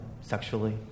sexually